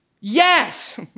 Yes